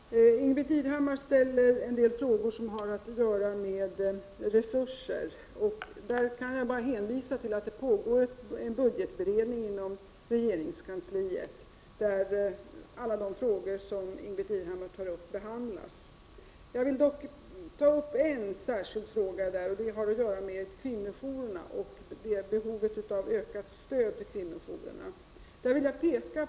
Herr talman! Ingbritt Irhammar ställer en del frågor som har att göra med resurser. Jag kan i det sammanhanget bara hänvisa till att det pågår en budgetberedning inom regeringskansliet, där alla de frågor som Ingbritt Irhammar tar upp behandlas. Jag vill dock ta upp en särskild fråga som har att göra med kvinnojourerna och behovet av ökat stöd till dem.